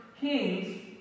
kings